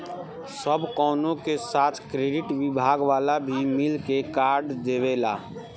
सब कवनो के साथ क्रेडिट विभाग वाला भी मिल के कार्ड देवेला